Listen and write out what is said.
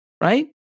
right